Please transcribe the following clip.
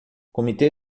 comitê